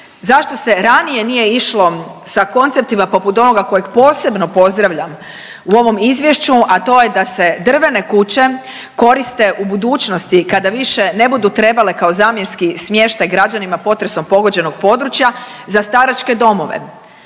zašto se ranije nije išlo sa konceptima poput onoga kojeg posebno pozdravljam u ovom izvješću, a to je da se drvene kuće koriste u budućnosti kada više ne budu trebale kao zamjenski smještaj građanima potresom pogođenog područja za staračke domove.